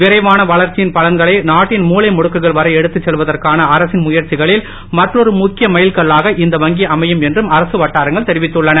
விரைவான வளர்ச்சியின் பலன்களை நாட்டின் மூலை முடுக்குகள் வரை எடுத்து செல்வதற்கான அரசின் முயற்சிகளில் மற்றொரு முக்கிய மைல் கல்லாக இந்த வங்கி அமையும் என்றும் அரசு வட்டாரங்கள் தெரிவித்துள்ளன